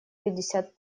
пятьдесят